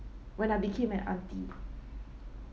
when I became an auntie